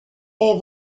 est